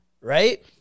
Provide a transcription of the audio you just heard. right